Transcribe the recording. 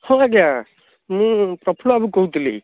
ହଁ ଆଜ୍ଞା ମୁଁ ପ୍ରଫୁଲ୍ଲ ବାବୁ କହୁଥିଲି